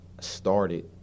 started